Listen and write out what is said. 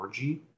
4G